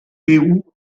pérou